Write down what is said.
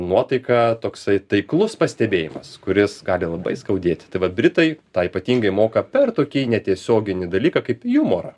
nuotaika toksai taiklus pastebėjimas kuris gali labai skaudėti tai va britai tą ypatingai moka per tokį netiesioginį dalyką kaip jumorą